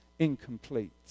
incomplete